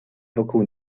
wokół